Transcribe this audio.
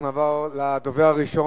אנחנו נעבור לדובר הראשון.